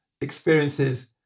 experiences